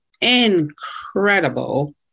incredible